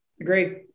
Agree